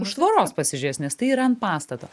už tvoros pasižiūrės nes tai yra ant pastato